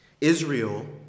Israel